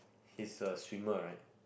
he's a swimmer right